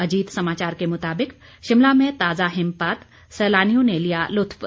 अजीत समाचार के मुताबिक शिमला में ताजा हिमपात सैलानियों ने लिया लुत्फ